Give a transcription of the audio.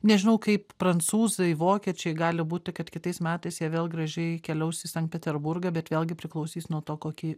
nežinau kaip prancūzai vokiečiai gali būti kad kitais metais jie vėl gražiai keliaus į sankt peterburgą bet vėlgi priklausys nuo to kokį